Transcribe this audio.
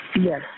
Yes